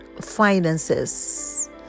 finances